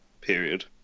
period